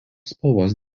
spalvos